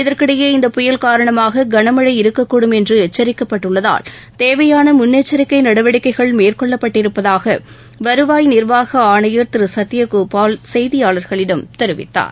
இதற்கிடையே இந்த புயல் காரணமாக கனமழை இருக்கக்கூடும் என்று எச்சரிக்கப்பட்டுள்ளதால் தேவையான முள்ளெச்சரிக்கை நடவடிக்கைகள் மேற்கொள்ளப்பட்டிருப்பதாக வருவாய் நிர்வாக ஆணையர் திரு சத்திய கோபால் செய்தியாளர்களிடம் தெரிவித்தார்